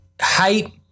height